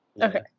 Okay